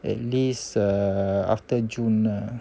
at least uh after june lah